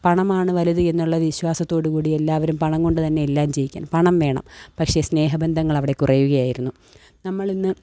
പണമാണ് വലുത് എന്നുള്ള വിശ്വാസത്തോട് കൂടി എല്ലാവരും പണം കൊണ്ട് തന്നെ എല്ലാം ചെയ്യിക്കണം പണം വേണം പക്ഷേ സ്നേഹബന്ധങ്ങളവിടെ കുറയുകയായിരുന്നു നമ്മളിന്ന്